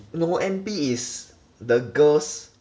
no N_P is the girls